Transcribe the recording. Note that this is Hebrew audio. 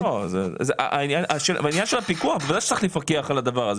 ודאי שצריך לפקח על זה.